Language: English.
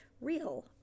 Real